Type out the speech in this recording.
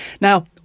Now